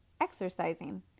exercising